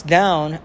down